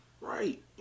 Right